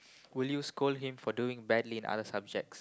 will you scold him for doing badly in other subjects